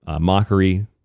mockery